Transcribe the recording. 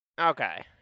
Okay